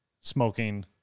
smoking